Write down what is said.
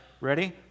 ready